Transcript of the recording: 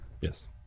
Yes